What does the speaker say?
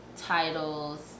titles